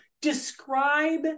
describe